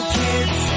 kids